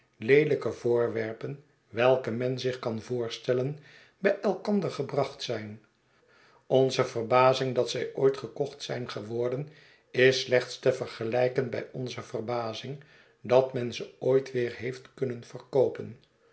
leelijke voorwerpen welke men zich kan voorstellen bij elkander gebracht zijn onze verbazing dat zij ooit gekocht zijn geworden is slechtstevergelijkenbij onze verbazing dat men ze ooit weer heeft kunnen verkoopen